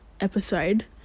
episode